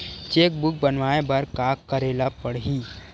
Cheque book बनवाय बर का करे ल पड़हि?